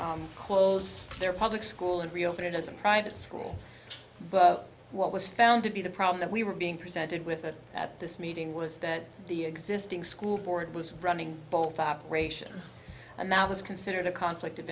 to close their public school and reopen it as a private school but what was found to be the problem that we were being presented with it at this meeting was that the existing school board was running both operations amount was considered a conflict of